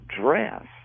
dress